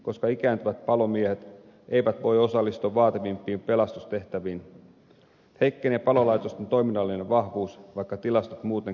koska ikääntyvät palomiehet eivät voi osallistua vaativimpiin pelastustehtäviin heikkenee palolaitosten toiminnallinen vahvuus vaikka tilastot muuten kelvollisilta näyttäisivätkin